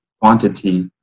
quantity